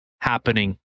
happening